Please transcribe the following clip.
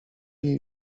jej